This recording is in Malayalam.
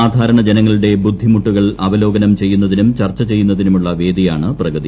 സാധാരണ ജനങ്ങളുടെ ബുദ്ധിമുട്ടുകൾ അവലോകനം ചെയ്യുന്നതിനും ചർച്ച ചെയ്യുന്നതിനുമുള്ള വേദിയാണ് പ്രഗതി